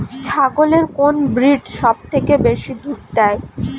ছাগলের কোন ব্রিড সবথেকে বেশি দুধ দেয়?